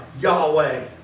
Yahweh